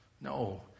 no